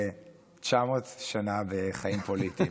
זה 900 שנה בחיים פוליטיים,